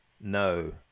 no